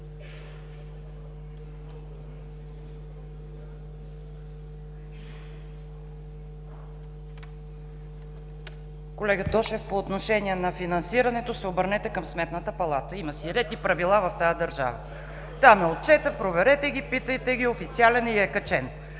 Колега Тошев, по отношение на финансирането се обърнете към Сметната палата. Има си ред и правила в тази държава. Там е отчетът. Проверете ги. Питайте ги. Официален е и е качен.